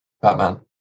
Batman